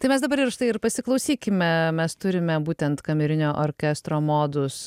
tai mes dabar ir štai ir pasiklausykime mes turime būtent kamerinio orkestro modus